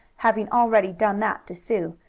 having already done that to sue,